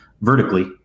vertically